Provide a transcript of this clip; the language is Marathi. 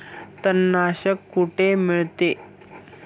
तणनाशक कुठे मिळते?